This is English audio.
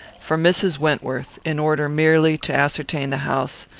for mrs. wentworth, in order merely to ascertain the house,